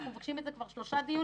אנחנו מבקשים את זה כבר שלושה דיונים,